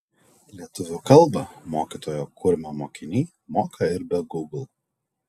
lietuvių kalbą mokytojo kurmio mokiniai moka ir be gūgl